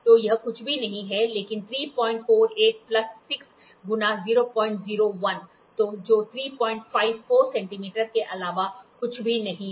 तो यह कुछ भी नहीं है लेकिन 348 प्लस 6 गुणा 001तो जो 354 सेंटीमीटर के अलावा कुछ भी नहीं है